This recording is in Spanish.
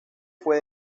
fue